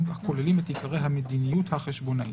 הכוללים את עיקרי המדיניות החשבונאית.